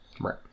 Right